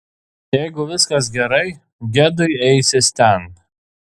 jeigu viskas gerai gedui eisis ten